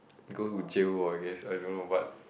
go to jail loh I guess I don't know what